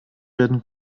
werden